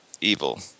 Evil